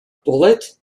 bullet